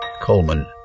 Coleman